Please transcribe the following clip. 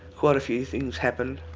quite a few things happen.